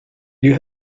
you